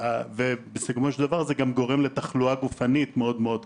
בסיכומו של דבר זה גורם גם לתחלואה גופנית מאוד-מאוד קשה.